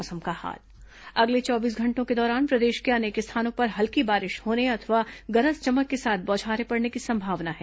मौसम अगले चौबीस घंटों के दौरान प्रदेश के अनेक स्थानों पर हल्की बारिश होने अथवा गरज चमक के साथ बौछारें पड़ने की संभावना है